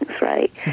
right